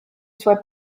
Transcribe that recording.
suoi